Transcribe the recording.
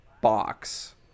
box